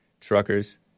truckers